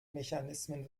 mechanismen